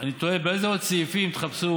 אני תוהה באיזה עוד סעיפים תחפשו